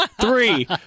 three